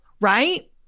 right